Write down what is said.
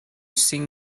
sing